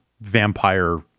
Vampire